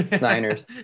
Niners